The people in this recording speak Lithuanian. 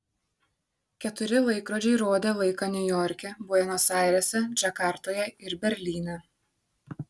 keturi laikrodžiai rodė laiką niujorke buenos airėse džakartoje ir berlyne